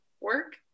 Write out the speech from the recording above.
work